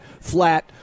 flat